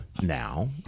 Now